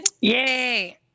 yay